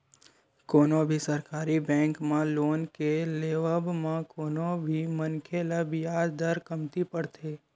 कोनो भी सरकारी बेंक म लोन के लेवब म कोनो भी मनखे ल बियाज दर कमती परथे